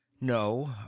No